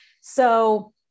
So-